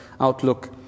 outlook